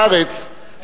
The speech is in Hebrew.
בארץ,